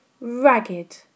Ragged